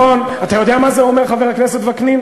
נכון, אתה יודע מה זה אומר, חבר הכנסת וקנין?